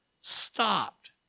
stopped